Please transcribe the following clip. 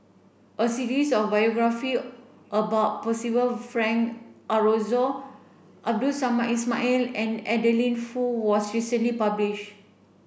a series of biography about Percival Frank Aroozoo Abdul Samad Ismail and Adeline Foo was recently publish